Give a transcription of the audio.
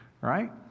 right